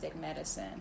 medicine